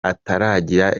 ataragira